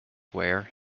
wear